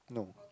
no